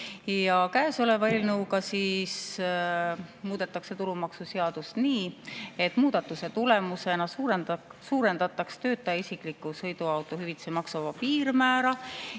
Käesoleva eelnõuga muudetakse tulumaksuseadust nii, et muudatuse tulemusena suurendatakse töötaja isikliku sõiduauto hüvitise maksuvaba piirmäära,